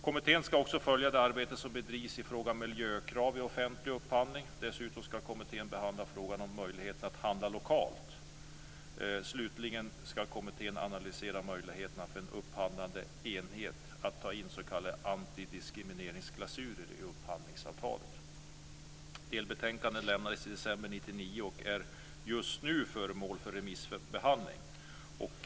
Kommittén ska också följa det arbete som bedrivs i fråga om miljökrav vid offentlig upphandling. Dessutom ska kommittén behandla frågan om möjligheten att handla lokalt. Slutligen ska kommittén analysera möjligheterna för en upphandlande enhet att ta in s.k. Delbetänkandet lämnades i december 1999 och är just nu föremål för remissbehandling.